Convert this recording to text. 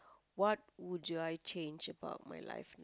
what would I change about my life